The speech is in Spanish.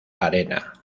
arena